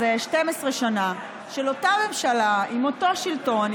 איזה 12 שנה של אותה ממשלה עם אותו שלטון,